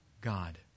God